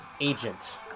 agent